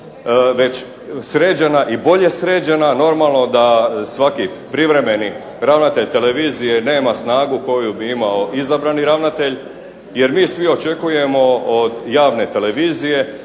već sređena i bolje sređena, normalno da svaki privremeni ravnatelj televizije nema snagu koju bi imao izabrani ravnatelj, jer mi svi očekujemo od javne televizije